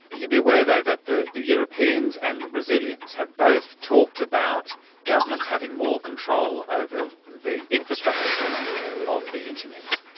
you'd be aware though that the the europeans and the brazilians have both talked about governments having more control over the infrastructure, if you like, of the internet,